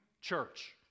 church